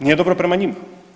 Nije dobro prema njima.